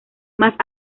más